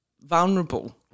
vulnerable